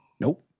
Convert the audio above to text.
Nope